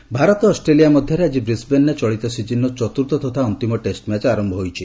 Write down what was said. cricket Bharat Australia ମଧ୍ୟରେ ଆଜି ବ୍ରିସ୍ବେନ୍ରେ ଚଳିତ ସିଜିନ୍ର ଚତ୍ର୍ଥ ତଥା ଅନ୍ତିମ ଟେଷ୍ଟମ୍ୟାଚ୍ ଆରମ୍ଭ ହୋଇଛି